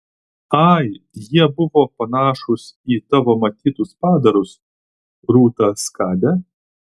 ai jie buvo panašūs į tavo matytus padarus rūta skade